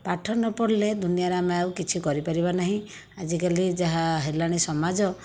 ପାଠ ନପଢ଼ିଲେ ଦୁନିଆରେ ଆମେ ଆଉ କିଛି କରିପାରିବାନାହିଁ ଆଜିକାଲି ଯାହା ହେଲାଣି ସମାଜ